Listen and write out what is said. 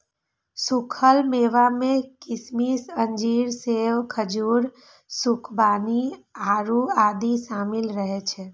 सूखल मेवा मे किशमिश, अंजीर, सेब, खजूर, खुबानी, आड़ू आदि शामिल रहै छै